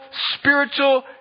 spiritual